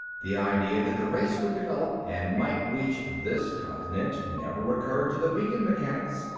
the idea that the race would develop and might reach this continent never occurred to the beacon mechanics.